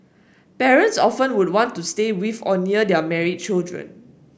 parents often would want to stay with or near their married children